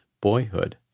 boyhood